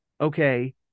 okay